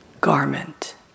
garment